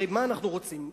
הרי מה אנחנו רוצים?